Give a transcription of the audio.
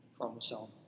chromosome